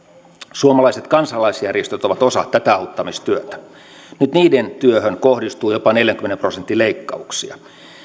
suomalaiset kansalaisjärjestöt ovat osa tätä auttamistyötä nyt niiden työhön kohdistuu jopa neljänkymmenen prosentin leikkauksia